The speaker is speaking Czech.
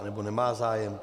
Nebo nemá zájem?